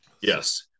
Yes